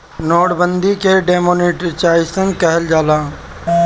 note बंदी के demonetisation कहल जाला